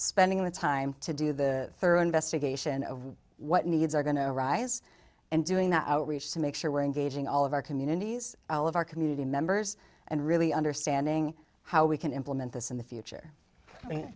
spending the time to do the thorough investigation of what needs are going to arise and doing the outreach to make sure we're engaging all of our communities all of our community members and really understanding how we can implement this in the future and